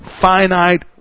finite